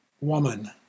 woman